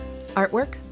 Artwork